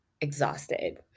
exhausted